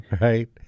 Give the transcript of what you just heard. right